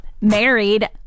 Married